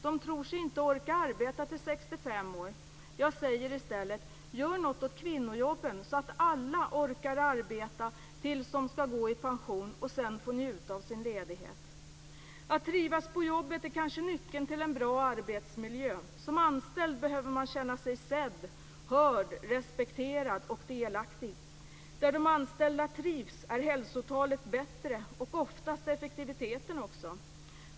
De tror sig inte orka arbeta till 65 år. Jag säger i stället: Gör något åt kvinnojobben så att alla orkar arbeta tills de skall gå i pension och sedan få njuta av sin ledighet. Att trivas på jobbet är kanske nyckeln till en bra arbetsmiljö. Som anställd behöver man känna sig sedd, hörd, respekterad och delaktig. Där de anställda trivs är hälsotalet bättre - och oftast effektiviteten också.